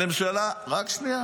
הממשלה -- כולל --- רק שנייה.